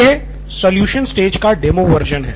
यह solution stage का demo version है